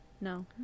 no